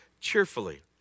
cheerfully